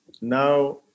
now